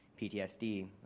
PTSD